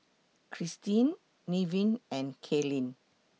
Christine Nevin and Kaylyn